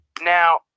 now